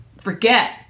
forget